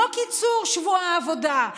לא קיצור שבוע העבודה,